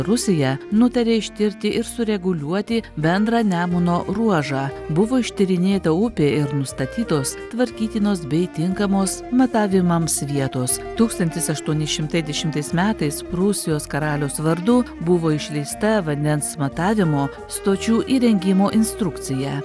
rusija nutarė ištirti ir sureguliuoti bendrą nemuno ruožą buvo ištyrinėta upė ir nustatytos tvarkytinos bei tinkamos matavimams vietos tūkstantis aštuoni šimtai dešimtais metais prūsijos karaliaus vardu buvo išleista vandens matavimo stočių įrengimo instrukcija